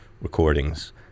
recordings